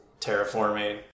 terraforming